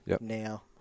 now